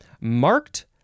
Marked